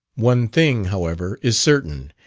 one thing, however, is certain,